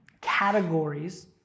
categories